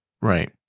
Right